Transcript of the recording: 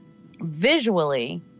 visually